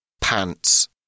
Pants